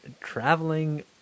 traveling